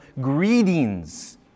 greetings